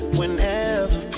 Whenever